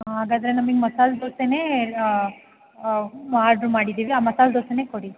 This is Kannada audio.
ಹಾಂ ಹಾಗಾದರೆ ನಮಿಗೆ ಮಸಾಲೆ ದೋಸೆನೇ ಆಡ್ರ್ ಮಾಡಿದ್ದೀವಿ ಆ ಮಸಾಲೆ ದೋಸೆನೇ ಕೊಡಿ